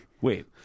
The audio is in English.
Wait